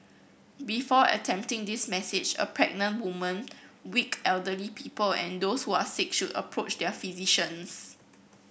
before attempting this massage a pregnant woman weak elderly people and those who are sick should approach their physicians